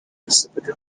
exhibit